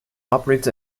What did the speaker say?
operates